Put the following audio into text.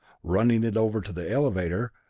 running it over to the elevator,